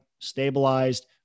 stabilized